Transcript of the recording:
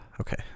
Okay